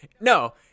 No